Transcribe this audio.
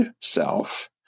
self